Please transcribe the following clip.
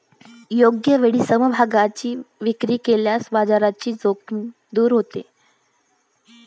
योग्य वेळी समभागांची विक्री केल्याने बाजारातील जोखीम दूर होते